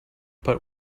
but